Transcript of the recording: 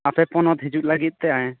ᱟᱯᱮ ᱯᱚᱱᱚᱛ ᱦᱟᱤᱡᱩᱜ ᱞᱟᱹᱜᱤᱫ ᱛᱮ